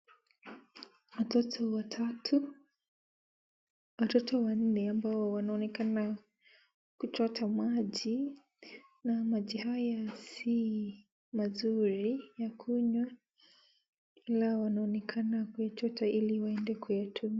Watoto watatu. Watoto wanne ambao wanaonekana kuchota maji, na maji haya si mazuri ya kunywa ila wanaonekana kuyachota ili waende kuyatumia.